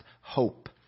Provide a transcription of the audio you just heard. hope